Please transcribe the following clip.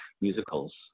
musicals